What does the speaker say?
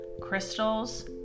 crystals